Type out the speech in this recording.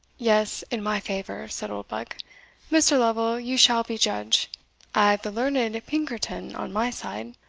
yes, in my favour, said oldbuck mr. lovel, you shall be judge i have the learned pinkerton on my side.